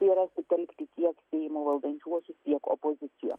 tai yra sutelkti tiek seimo valdančiuosius tiek opoziciją